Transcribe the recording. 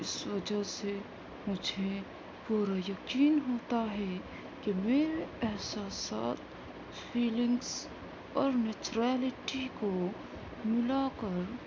اس وجہ سے مجھے پورا یقین ہوتا ہے کہ میرے احساسات فیلنگس اور نیچرلیٹی کو ملا کر